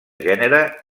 gènere